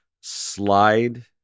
slide